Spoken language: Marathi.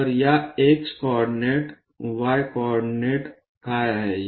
तर या X कोऑर्डिनेट y कोऑर्डिनेट काय आहे